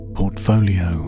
portfolio